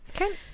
Okay